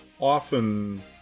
often